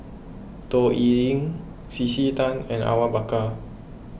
Toh Liying C C Tan and Awang Bakar